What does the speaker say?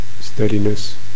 steadiness